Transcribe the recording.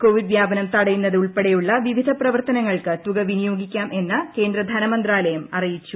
Covid വ്യാപനം തടയുന്നത് ഉൾപ്പെടെയുള്ള വിവിധ പ്രവർത്തനങ്ങൾക്ക് തുക വിനിയോഗിക്കാം എന്ന് കേന്ദ്ര ധനമന്ത്രാലയം അറിയിച്ചു